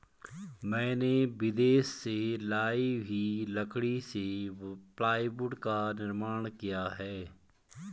मैंने विदेश से लाई हुई लकड़ी से प्लाईवुड का निर्माण किया है